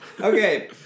Okay